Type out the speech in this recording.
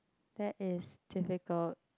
that is difficult